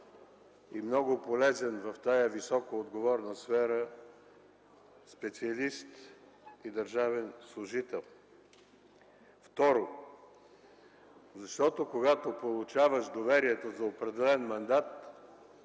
и много полезен в тази високоотговорна сфера специалист и държавен служител. Второ, защото когато получаваш доверието за определен мандат,